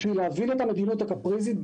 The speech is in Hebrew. בשביל להבין את המדיניות הקפריזית,